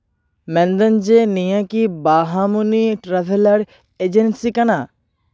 ᱢᱮᱱᱤᱫᱟᱹᱧ ᱱᱤᱭᱟᱹ ᱠᱤ ᱵᱟᱦᱟᱢᱩᱱᱤ ᱴᱨᱟᱵᱷᱮᱞᱟᱨ ᱮᱡᱮᱱᱥᱤ ᱠᱟᱱᱟ